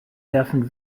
werfen